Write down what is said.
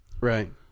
Right